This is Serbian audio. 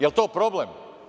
Jel to problem?